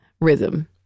rhythm